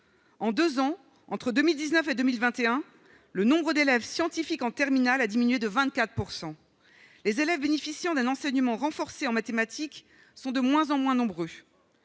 en 2 ans entre 2000 19 et 2021 le nombre d'élèves scientifiques en terminale, a diminué de 24 % les élèves bénéficiant d'un enseignement renforcé en mathématiques sont de moins en moins nombreux,